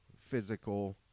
physical